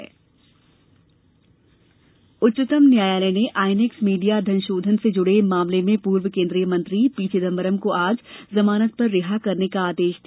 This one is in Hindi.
चिदम्बरम जमानत उच्चतम न्यायालय ने आईएनएक्स मीडिया धनशोधन से जुड़े मामले में पूर्व केंद्रीय मंत्री पी चिंदबरम को आज जमानत पर रिहा करने का आदेश दिया